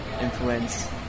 influence